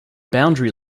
boundary